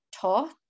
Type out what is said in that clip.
taught